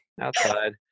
outside